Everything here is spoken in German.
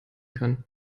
kann